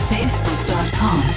Facebook.com